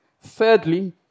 Thirdly